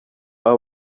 aba